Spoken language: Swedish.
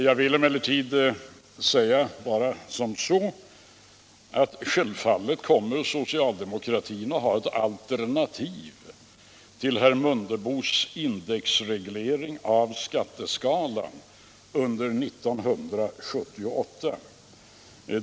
Jag vill emellertid säga att socialdemokratin självfallet kommer att ha ett alternativ till herr Mundebos indexreglering av skatteskalan under 1978.